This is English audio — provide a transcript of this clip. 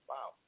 Wow